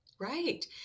Right